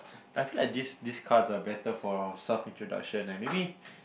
I feel like this this cards are better for self introduction eh maybe